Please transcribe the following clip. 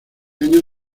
año